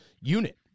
unit